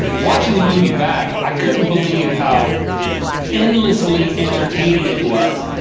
watching the movie back, i couldn't believe how endlessly entertaining it was.